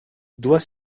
doit